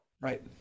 Right